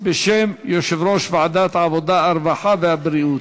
בשם יושב-ראש ועדת העבודה, הרווחה והבריאות.